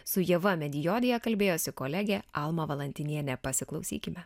su ieva medijodija kalbėjosi kolegė alma valantinienė pasiklausykime